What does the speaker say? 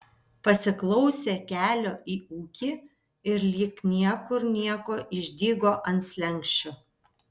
pasiklausė kelio į ūkį ir lyg niekur nieko išdygo ant slenksčio